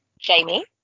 Jamie